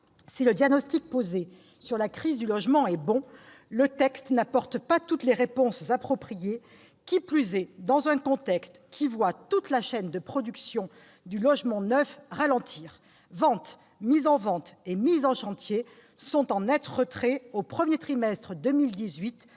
Si le diagnostic posé sur la crise du logement est bon, le texte n'apporte pas toutes les réponses appropriées, qui plus est dans un contexte qui voit toute la chaîne de production du logement neuf ralentir : ventes, mises en vente et mises en chantier sont en net retrait au premier trimestre de 2018